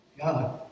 God